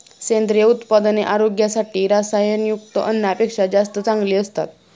सेंद्रिय उत्पादने आरोग्यासाठी रसायनयुक्त अन्नापेक्षा जास्त चांगली असतात